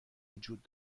وجود